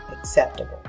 acceptable